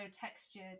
textured